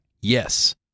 yes